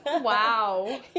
Wow